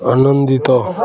ଆନନ୍ଦିତ